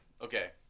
Okay